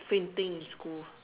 sprinting in school